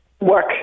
work